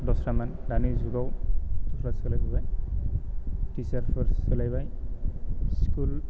दस्रामोन दानि जुगाव दा सोलायबोबाय तिसार्चफोर सोलायबाय स्कुल